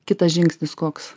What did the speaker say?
kitas žingsnis koks